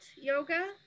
yoga